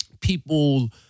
people